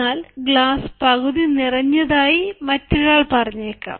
എന്നാൽ ഗ്ലാസ് പകുതി നിറഞ്ഞതായി മറ്റൊരാൾ പറഞ്ഞേക്കാം